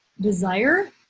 Desire